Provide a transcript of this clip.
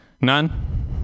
None